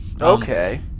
Okay